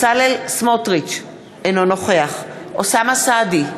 אינו נוכח אוסאמה סעדי,